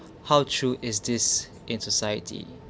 how true is this in society